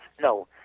no